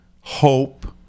hope